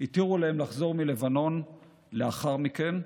התירו להם לחזור מלבנון לאחר מכן.